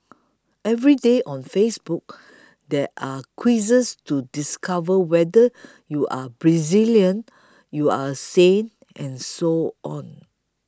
every day on Facebook there are quizzes to discover whether you are Brazilian you are a saint and so on